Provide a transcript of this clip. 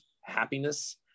happiness